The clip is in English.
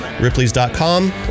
Ripley's.com